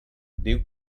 diu